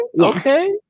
Okay